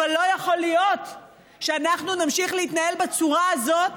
אבל לא יכול להיות שאנחנו נמשיך להתנהל בצורה הזאת